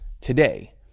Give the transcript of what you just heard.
today